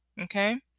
Okay